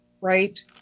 right